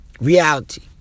Reality